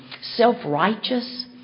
self-righteous